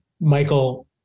Michael